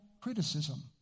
criticism